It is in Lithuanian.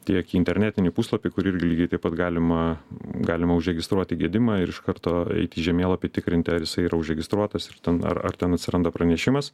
tiek į internetinį puslapį kur irgi lygiai taip pat galima galima užregistruoti gedimą ir iš karto eiti į žemėlapį tikrinti ar jisai yra užregistruotas ir ten ar ten atsiranda pranešimas